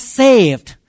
saved